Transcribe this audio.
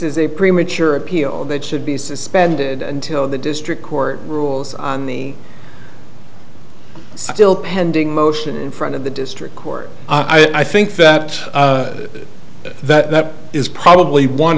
is a premature appeal that should be suspended until the district court rules on the still pending motion in front of the district court i think that that is probably one